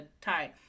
tie